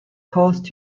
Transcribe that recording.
caused